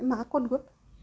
মা ক'ত গ'ল